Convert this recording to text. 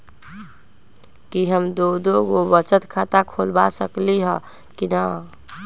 कि हम दो दो गो बचत खाता खोलबा सकली ह की न?